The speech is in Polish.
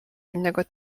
innego